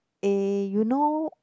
eh you know